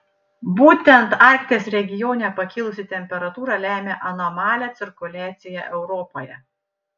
būtent arkties regione pakilusi temperatūra lemia anomalią cirkuliaciją europoje